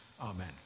Amen